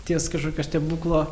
ties kažkokio stebuklo